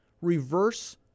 reverse